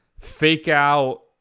fake-out